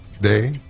day